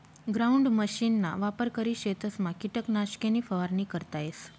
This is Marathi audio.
ग्राउंड मशीनना वापर करी शेतसमा किटकनाशके नी फवारणी करता येस